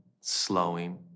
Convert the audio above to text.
slowing